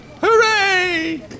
Hooray